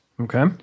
Okay